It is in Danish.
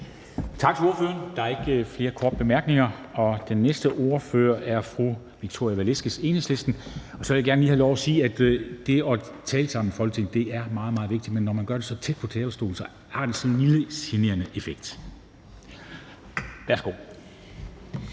Tak til ordføreren. Der er ikke flere korte bemærkninger, og den næste ordfører er fru Victoria Velasquez, Enhedslisten. Og så vil jeg gerne lige have lov at sige, at det at tale sammen i Folketinget er meget, meget vigtigt – men når man gør det så tæt på talerstolen, har det sådan en mildt generende effekt. Værsgo.